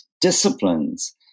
disciplines